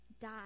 die